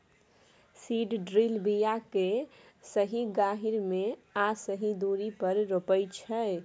seed drill बीया केँ सही गहीर मे आ सही दुरी पर रोपय छै